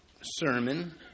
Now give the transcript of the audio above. sermon